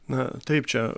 na taip čia